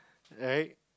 right